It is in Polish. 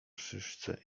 szyszce